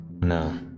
No